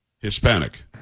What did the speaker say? Hispanic